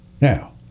Now